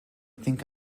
think